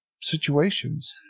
situations